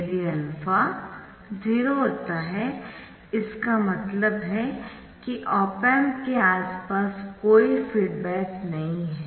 यदि α 0 होता है इसका मतलब है कि ऑप एम्प के आसपास कोई फीडबैक नहीं है